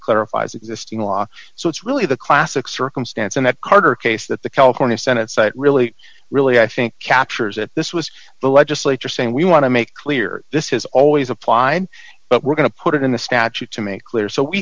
clarifies existing law so it's really the classic circumstance in that carter case that the california senate site really really i think captures at this was the legislature saying we want to make clear this has always applied but we're going to put it in the statute to make clear so we